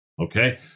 Okay